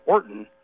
Orton